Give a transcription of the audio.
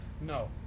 No